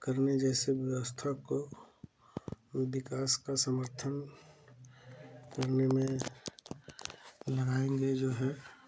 करने जैसे व्यवस्था को विकास का समर्थन करने में लगाएँगे जो है